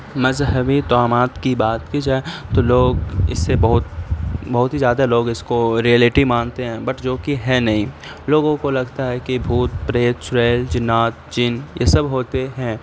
مذہبی توہمات کی بات کی جائے تو لوگ اس سے بہت بہت ہی زیادہ لوگ اس کو ریئلٹی مانتے ہیں بٹ جو کہ ہے نہیں لوگوں کو لگتا ہے کہ بھوت پریت چڑیل جنات جن یہ سب ہوتے ہیں